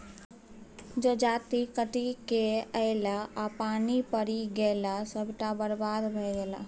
जजाति कटिकए ऐलै आ पानि पड़ि गेलै सभटा बरबाद भए गेलै